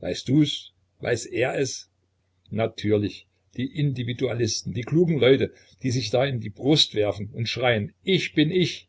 weißt dus weiß er es natürlich die individualisten die klugen leute die sich da in die brust werfen und schreien ich bin ich